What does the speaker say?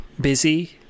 busy